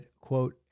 quote